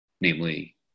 namely